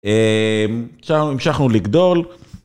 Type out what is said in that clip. שם המשכנו לגדול.